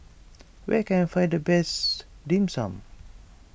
where can I find the best Dim Sum